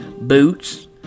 boots